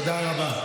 תודה רבה.